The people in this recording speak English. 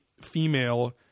female –